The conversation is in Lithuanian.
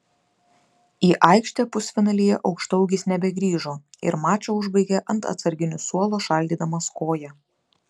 į aikštę pusfinalyje aukštaūgis nebegrįžo ir mačą užbaigė ant atsarginių suolo šaldydamas koją